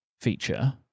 feature